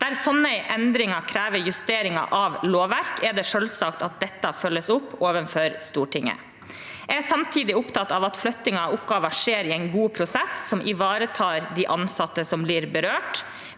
Der slike endringer krever justering av lovverket, er det selvsagt at dette følges opp overfor Stortinget. Jeg er samtidig opptatt av at flyttingen av oppgaver skjer i en god prosess, som ivaretar de ansatte som blir berørt.